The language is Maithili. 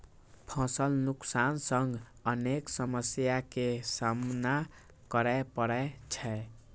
फसल नुकसान सं अनेक समस्या के सामना करै पड़ै छै